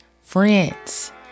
friends